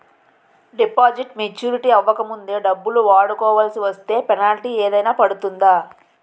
Deposit maturity అవ్వక ముందే డబ్బులు వాడుకొవాల్సి వస్తే పెనాల్టీ ఏదైనా పడుతుందా?